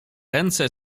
ręce